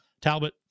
Talbot